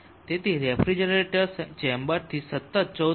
તેથી રેફ્રિજરેટર ચેમ્બરથી સતત 14